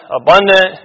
abundant